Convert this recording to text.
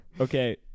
Okay